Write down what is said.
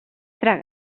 tragues